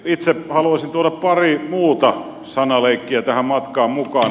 itse haluaisin tuoda pari muuta sanaleikkiä tähän matkaan mukaan